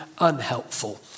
unhelpful